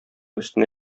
өстенә